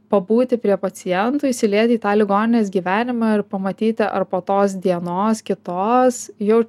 pabūti prie pacientų įsilieti į tą ligoninės gyvenimą ir pamatyti ar po tos dienos kitos jau